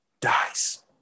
dies